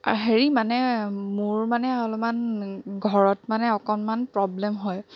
হেৰি মানে মোৰ মানে অলমান ঘৰত মানে অকণমান প্ৰব্লেম হয়